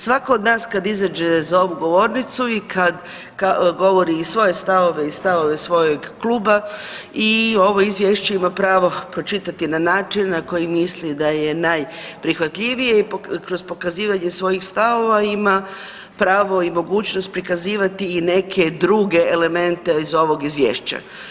Svako od nas kad izađe za ovu govornicu i kad govori i svoje stavove i stavove svojeg kluba i ovo izvješće ima pravo pročitati na način na koji misli da je najprihvatljivije i kroz pokazivanje svojih stavova ima pravo i mogućnost prikazivati i neke druge elemente iz ovog izvješća.